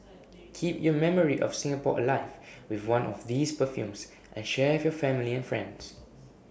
keep your memory of Singapore alive with one of these perfumes and share with your family and friends